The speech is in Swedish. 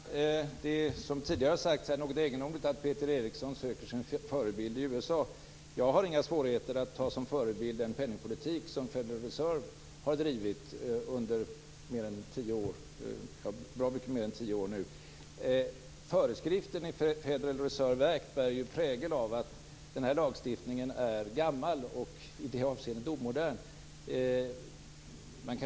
Fru talman! Det är, som tidigare sagts, något egendomligt att Peter Eriksson söker sin förebild i USA. Jag har inga svårigheter att som förebild ta den penningpolitik som Federal Reserve har drivit under mycket mer än tio år nu. Föreskriften i Federal Reserve Act bär ju prägel av att den här lagstiftningen är gammal och i det avseendet omodern.